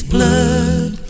blood